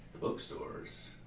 bookstores